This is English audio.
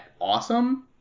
awesome